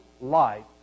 life